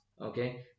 okay